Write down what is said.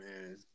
man